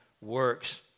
works